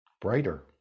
brighter